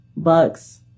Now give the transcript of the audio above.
Bucks